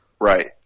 Right